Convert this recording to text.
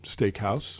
steakhouse